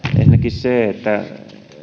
ensinnäkin se että